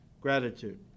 gratitude